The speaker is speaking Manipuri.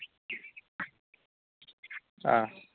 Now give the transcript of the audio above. ꯑꯥ